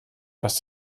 dass